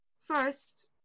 first